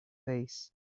face